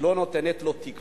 היא לא נותנת לו תקווה.